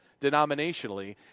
denominationally